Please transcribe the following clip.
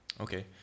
Okay